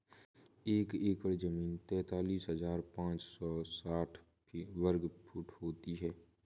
एक एकड़ जमीन तैंतालीस हजार पांच सौ साठ वर्ग फुट होती है